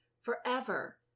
forever